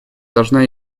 должна